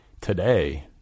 today